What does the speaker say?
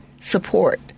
support